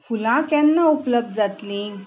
फुलां केन्ना उपलब्ध जातलीं